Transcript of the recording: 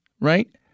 Right